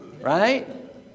right